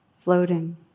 floating